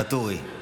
ואטורי.